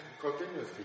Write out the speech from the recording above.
continuously